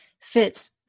fits